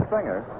Singer